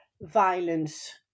violence